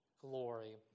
glory